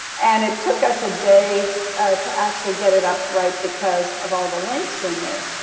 and it took us a day to actually get it up right, because of all the links in there,